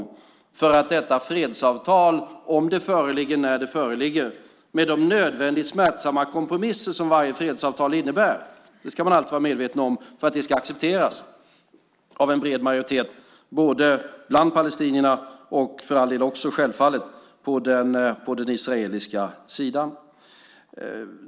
Det är en förutsättning för att fredsavtalet - om eller när det föreligger, och med de nödvändigt smärtsamma kompromisser som varje fredavtal innebär - ska accepteras av en bred majoritet både bland palestinierna och självfallet också på den israeliska sidan.